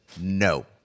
no